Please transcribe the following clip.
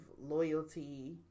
loyalty